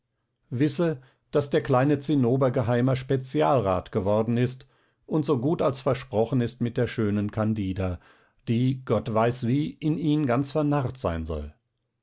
wisse daß der kleine zinnober geheimer spezialrat geworden und so gut als versprochen ist mit der schönen candida die gott weiß wie in ihn ganz vernarrt sein soll